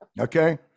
okay